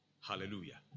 Hallelujah